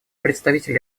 представитель